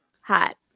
hot